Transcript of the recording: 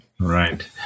right